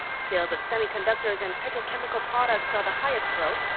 sales of semiconductors and petrochemical products saw the highest growth,